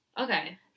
Okay